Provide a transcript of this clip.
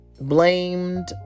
blamed